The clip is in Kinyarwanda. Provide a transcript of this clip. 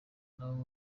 nabo